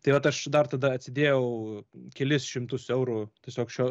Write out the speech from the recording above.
tai vat aš dar tada atsidėjau kelis šimtus eurų tiesiog šio